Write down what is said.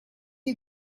you